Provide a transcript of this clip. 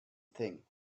thing